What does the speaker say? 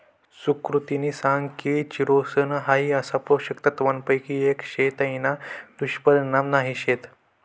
सुकृतिनी सांग की चिरोसन हाई अशा पोषक तत्वांपैकी एक शे तेना दुष्परिणाम नाही शेत